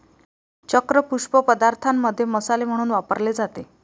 चक्र पुष्प पदार्थांमध्ये मसाले म्हणून वापरले जाते